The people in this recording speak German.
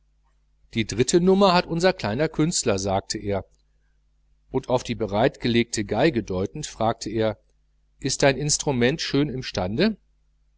die dritte nummer des programms hat unser kleiner künstler sagte er und auf die bereit gelegte violine deutend fragte er ist dein instrument schön